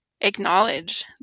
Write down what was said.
acknowledge